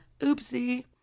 Oopsie